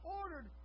ordered